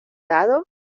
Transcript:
dado